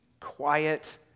quiet